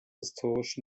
historisch